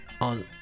On